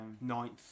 ninth